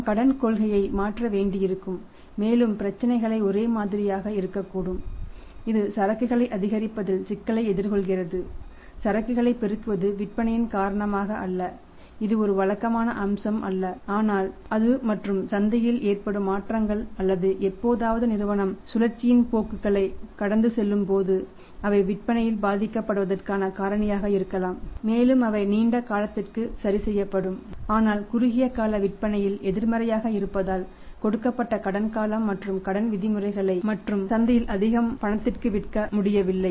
நாம் கடன் கொள்கையை மாற்ற வேண்டியிருக்கும் மேலும் பிரச்சினைகள் ஒரே மாதிரியாக இருக்கக்கூடும் இது சரக்குகளை அதிகரிப்பதில் சிக்கலை எதிர்கொள்கிறது சரக்குகளை பெருக்குவது விற்பனையின் காரணமாக அல்ல இது ஒரு வழக்கமான அம்சம் அல்ல ஆனால் அது மற்றும் சந்தையில் ஏற்படும் மாற்றங்கள் அல்லது எப்போதாவது நிறுவனம் சுழற்சியின் போக்குகளைக் கடந்து செல்லும்போது அவை விற்பனை பாதிக்கப்படுவதற்கான காரணியாக இருக்கலாம் மேலும் அவை நீண்ட காலத்திற்கு சரி செய்யப்படும் ஆனால் குறுகிய கால விற்பனையில் எதிர்மறையாக இருப்பதால் கொடுக்கப்பட்ட கடன் காலம் மற்றும் கடன் விதிமுறைகள் மற்றும் சந்தையில் அதிகம் பணத்தில் விற்க முடியவில்லை